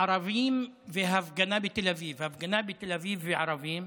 הערבים וההפגנה בתל אביב, ההפגנה בתל אביב וערבים.